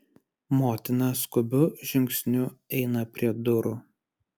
motina skubiu žingsniu eina prie durų